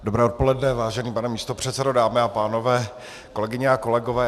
Dobré odpoledne, vážený pane místopředsedo, dámy a pánové, kolegyně a kolegové.